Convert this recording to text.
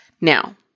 Now